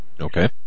Okay